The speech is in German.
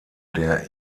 der